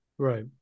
Right